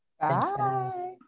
Bye